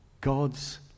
God's